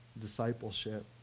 discipleship